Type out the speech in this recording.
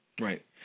Right